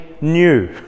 new